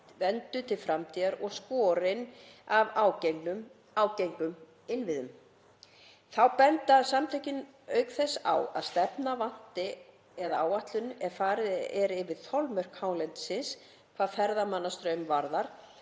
vernduð til framtíðar og skorin af ágengum innviðum. Þá benda samtökin auk þess á að stefnu vanti eða áætlun ef farið er yfir þolmörk hálendisins hvað ferðamannastraum varðar